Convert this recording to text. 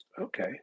okay